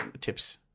tips